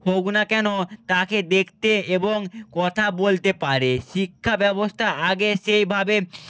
হোক না কেন তাকে দেখতে এবং কথা বলতে পারে শিক্ষাব্যবস্থা আগে সেইভাবে